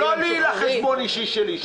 זה לא לי לחשבון האישי שלי.